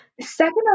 second